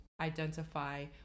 identify